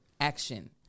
action